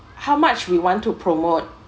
how much we want to promote